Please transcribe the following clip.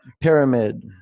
Pyramid